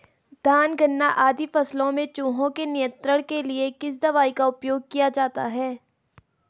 धान गन्ना आदि फसलों में चूहों के नियंत्रण के लिए किस दवाई का उपयोग किया जाता है?